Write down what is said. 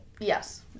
Yes